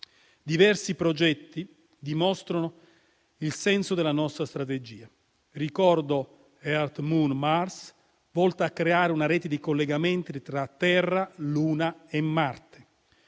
Diversi progetti dimostrano il senso della nostra strategia. Ricordo Earth Moon Mars, volto a creare una rete di collegamenti tra Terra, Luna e Marte,